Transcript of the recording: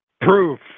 proof